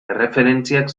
erreferentziak